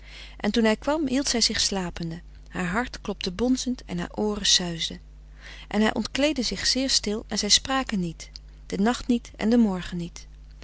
en toen hij kwam hield zij zich slapende haar hart klopte bonzend en haar ooren suisden en hij ontkleedde frederik van eeden van de koele meren des doods zich zeer stil en zij spraken niet den nacht niet en den morgen niet